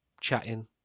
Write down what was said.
chatting